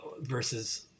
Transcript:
versus